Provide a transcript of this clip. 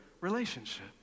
relationship